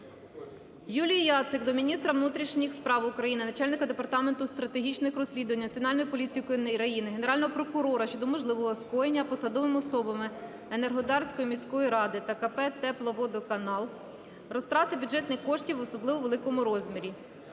Юлії Яцик до міністра внутрішніх справ України, начальника Департаменту стратегічних розслідувань Національної поліції України, Генерального прокурора щодо можливого скоєння посадовими особами Енергодарської міської ради та КП "Тепловодоканал" розтрати бюджетних коштів в особливо великому розмірі.